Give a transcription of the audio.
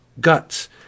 guts